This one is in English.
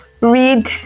read